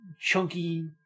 chunky